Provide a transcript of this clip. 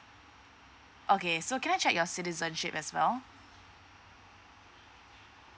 okay so can I check your citizenship as well